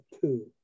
two